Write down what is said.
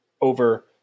over